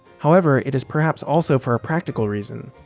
however, it is perhaps also for a practical reason.